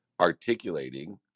articulating